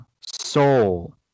soul